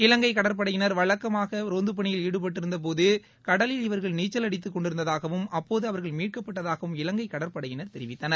இலங்கை கடற்படையினர் வழக்கமான ரோந்து பணியில் ஈடுபட்டிருந்த போது கடலில் இவர்கள் நீச்சல் அடித்து கொண்டிருந்ததாகவும் அப்போது அவர்கள் மீட்கப்பட்டதாகவும் இலங்கை கடற்படையினர் தெரிவித்தனர்